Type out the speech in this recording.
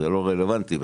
זה לא רלוונטי בכלל.